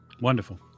Wonderful